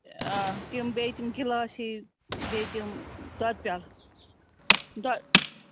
آ تِم بیٚیہِ تِم گِلاس ہِوۍ بیٚیہِ تِم دۄدٕ پیالہٕ دۄد